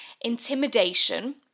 Intimidation